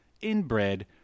inbred